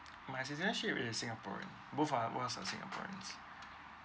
my citizenship is singaporean both of us are singaporean